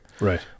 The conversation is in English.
Right